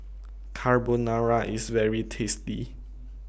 Carbonara IS very tasty